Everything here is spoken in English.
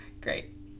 Great